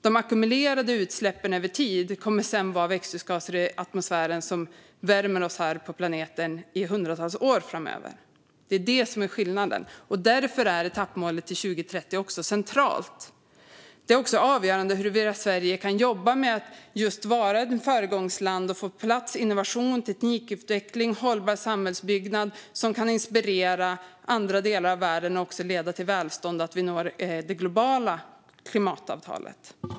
De ackumulerade utsläppen över tid kommer sedan att vara växthusgaser i atmosfären som värmer oss här på planeten i hundratals år framöver. Det är det som är skillnaden. Därför är etappmålet till 2030 också centralt. Det är också avgörande huruvida Sverige kan jobba med att just vara ett föregångsland och få på plats innovation, teknikutveckling och hållbar samhällsbyggnad som kan inspirera andra delar av världen och också leda till välstånd och att vi når det globala klimatavtalet.